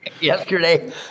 yesterday